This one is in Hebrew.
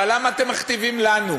אבל למה אתם מכתיבים לנו?